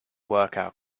workout